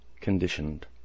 conditioned